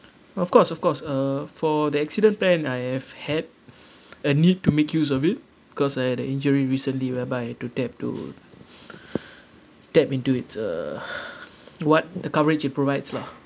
of course of course uh for the accident plan I have had a need to make use of it cause I had a injury recently whereby to tap to tap into it uh what the coverage it provides lah